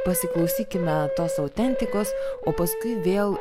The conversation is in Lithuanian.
pasiklausykime tos autentikos o paskui vėl